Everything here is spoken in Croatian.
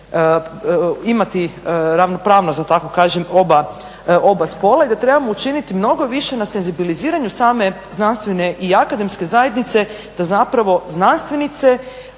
imati ravnopravnost da tako kažem oba spola i da trebamo učiniti mnogo više na senzibiliziranju same znanstvene i akademske zajednice da zapravo znanstvenice